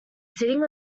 sitting